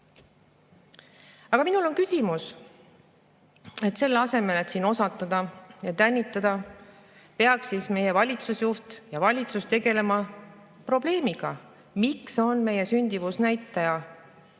Aga minul on küsimus. Selle asemel, et siin osatada ja tänitada, peaks meie valitsusjuht ja valitsus tegelema probleemiga, miks on meie sündimusnäitaja